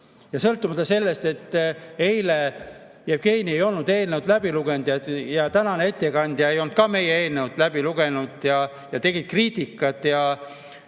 Sõltumata sellest, et eile Jevgeni ei olnud eelnõu läbi lugenud ja tänane ettekandja ei olnud ka meie eelnõu läbi lugenud ning nad tegid kriitikat ja